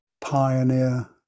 pioneer